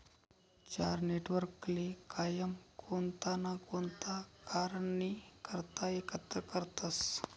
चार नेटवर्कले कायम कोणता ना कोणता कारणनी करता एकत्र करतसं